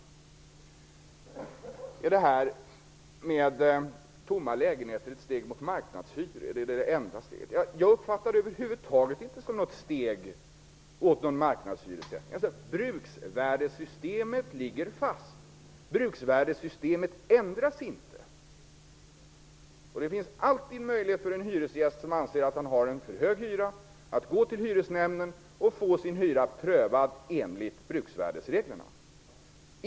Lars Stjernkvist frågar om detta med tomma lägenheter är ett steg mot marknadshyror eller det enda steget. Jag uppfattar det över huvud taget inte som ett steg mot marknadshyressättning. Bruksvärdessystemet ligger fast -- det ändras inte. Det finns alltid en möjlighet för en hyresgäst som anser att han har en för hög hyra att gå till Hyresnämnden och få sin hyra prövad enligt bruksvärdesreglerna.